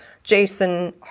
Jason